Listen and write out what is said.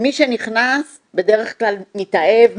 מי שנכנס בדרך כלל מתאהב,